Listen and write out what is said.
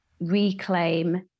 reclaim